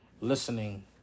listening